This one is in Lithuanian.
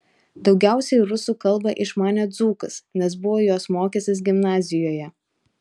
daugiausiai rusų kalbą išmanė dzūkas nes buvo jos mokęsis gimnazijoje